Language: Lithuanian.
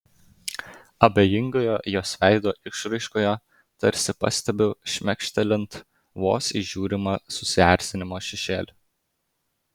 abejingoje jos veido išraiškoje tarsi pastebiu šmėkštelint vos įžiūrimą susierzinimo šešėlį